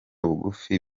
bugufi